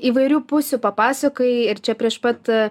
įvairių pusių papasakojai ir čia prieš pat